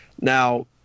now